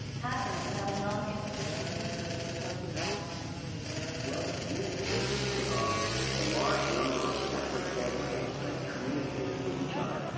hackers and other non-institutional users were slow to adopt it well, unix consisted of a large number of separate programs that communicated with each other.